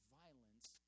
violence